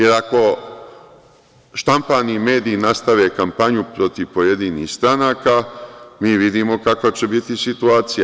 Ako štampani mediji nastave kampanju protiv pojedinih stranaka, mi vidimo kakva će biti situacija.